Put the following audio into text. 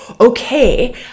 okay